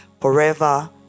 forever